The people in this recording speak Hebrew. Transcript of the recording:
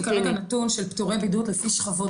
יש לי כרגע נתון של פטורי בידוד לפי שכבות גיל.